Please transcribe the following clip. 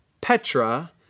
Petra